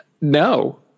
No